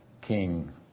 king